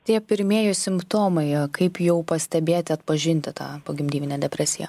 tie pirmieji simptomai kaip jau pastebėti atpažinti tą pogimdyvinę depresiją